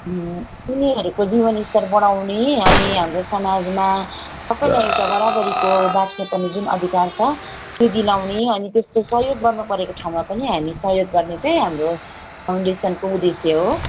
उनीहरूको जीवन स्तर बढाउने अनि हाम्रो समाजमा सबैलाई एउटा बराबरीको बाँच्नु पर्ने जुन अधिकार छ त्यो दिलाउने अनि त्यस्तो सहयोग गर्नु परेको ठाउँमा पनि हामी सहयोग गर्ने चाहिँ हाम्रो फाउन्डेसनको उद्देश्य हो